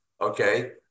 Okay